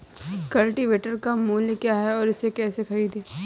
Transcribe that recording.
Cultivator का मूल्य क्या है और इसे कैसे खरीदें?